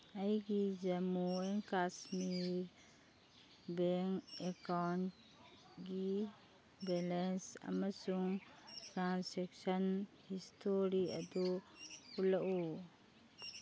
ꯑꯩꯒꯤ Jammu and Kashmir bank ꯑꯦꯀꯥꯎꯟꯒꯤ balance ꯑꯃꯁꯨꯡ ꯇ꯭ꯔꯥꯟꯁꯦꯛꯁꯟ ꯍꯤꯁꯇꯣꯔꯤ ꯑꯗꯨ ꯎꯠꯂꯛꯎ